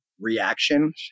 reaction